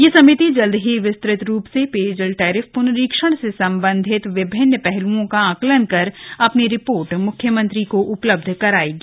यह समिति जल्द ही विस्तृत रूप से पेयजल टैरिफ पुनरीक्षण से सम्बन्धित विभिन्न पहलुओं का आकलन कर अपनी रिपोर्ट मुख्यमंत्री को उपलब्ध करायेगी